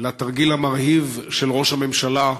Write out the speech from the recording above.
מהתרגיל המרהיב של ראש הממשלה,